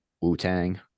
Wu-Tang